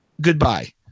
Goodbye